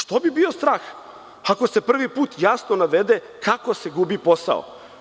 Zašto bi bio strah ako se po prvi put jasno navede kako se gubi posao?